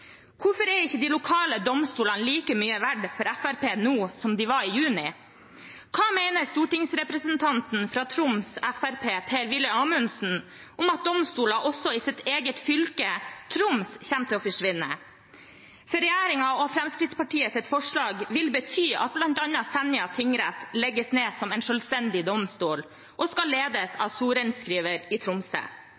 Hvorfor er ikke de lokale domstolene like mye verd for Fremskrittspartiet nå som de var i juni? Hva mener stortingsrepresentanten fra Troms fremskrittsparti, Per-Willy Amundsen, om at domstoler også i hans eget fylke, Troms, kommer til å forsvinne? Regjeringen og Fremskrittspartiets forslag vil bety at bl.a. Senja tingrett legges ned som en selvstendig domstol og skal ledes